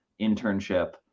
internship